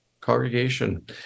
congregation